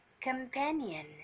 companion